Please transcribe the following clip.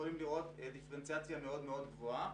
יכולים לראות דיפרנציאציה מאוד גבוהה.